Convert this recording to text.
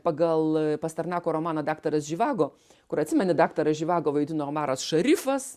pagal pasternako romaną daktaras živago kur atsimeni daktarą živago vaidino omaras šarifas